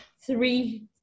three